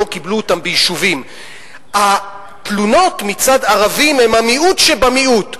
קיבלו אותם ביישובים התלונות מצד ערבים הן המיעוט שבמיעוט.